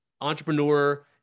entrepreneur